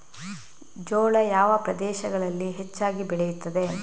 ಜೋಳ ಯಾವ ಪ್ರದೇಶಗಳಲ್ಲಿ ಹೆಚ್ಚಾಗಿ ಬೆಳೆಯುತ್ತದೆ?